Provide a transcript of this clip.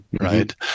right